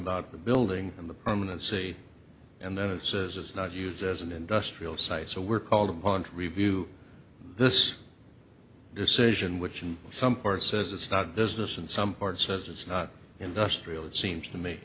about the building and the permanency and that it says is not used as an industrial site so we're called upon to review this decision which in some parts says it's not business in some parts as it's not industrial it seems to me